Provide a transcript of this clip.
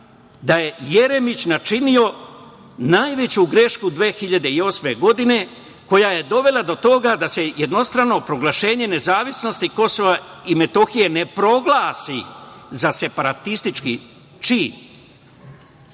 „Da je Jeremić načinio najveću grešku 2008. godine koja je dovela do toga de se jednostrano proglašenje nezavisnosti Kosova i Metohije ne proglasi za separatistički čin“.